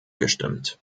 gestimmt